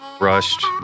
Rushed